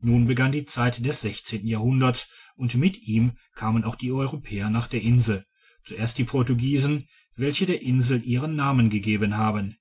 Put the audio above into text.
nun begann die zeit des sechzehnten jahrhunderts und mit ihm kamen auch die europäer nach der insel zuerst die portugiesen welche der insel ihren namen gegeben haben